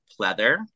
pleather